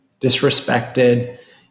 disrespected